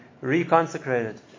re-consecrated